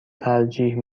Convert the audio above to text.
ترجیح